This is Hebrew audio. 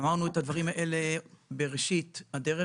אמרנו את הדברים האלה בראשית הדרך,